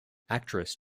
actress